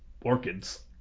orchids